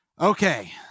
okay